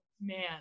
man